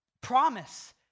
promise